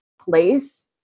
place